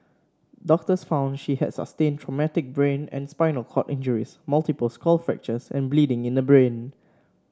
doctors found she has sustained traumatic brain and spinal cord injuries multiple skull fractures and bleeding in the brain